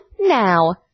now